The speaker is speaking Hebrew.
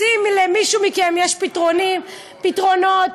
אז אם למישהו מכם יש פתרונים, פתרונות,